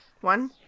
One